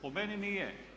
Po meni nije.